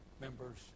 members